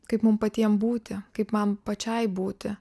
kaip mum patiem būti kaip man pačiai būti